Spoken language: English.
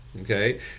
okay